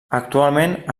actualment